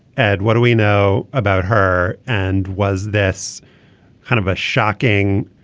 and what do we know about her and was this kind of a shocking